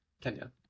Kenya